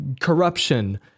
corruption